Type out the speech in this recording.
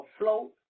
afloat